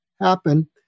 happen